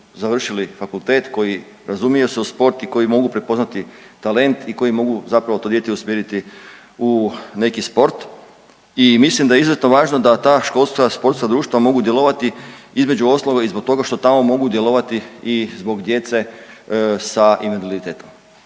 završili fakultet koji razumije se u sport i koji mogu prepoznati talent i koji mogu zapravo to dijete usmjeriti u neki sport. I mislim da je izuzetno važno da ta školska sportska društva mogu djelovati između ostaloga i zbog toga što tamo mogu djelovati i zbog djece sa invaliditetom.